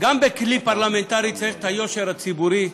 גם בכלי פרלמנטרי צריך את היושר הציבורי,